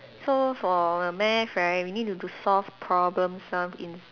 so for math right we need to solve problem sum in